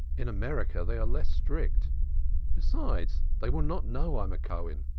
in america they are less strict besides, they will not know i am a cohen.